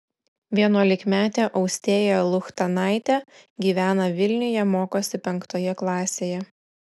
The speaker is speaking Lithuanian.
vienuolikmetė austėja luchtanaitė gyvena vilniuje mokosi penktoje klasėje